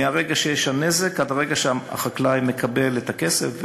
מהרגע שיש נזק עד הרגע שהחקלאי מקבל את הכסף,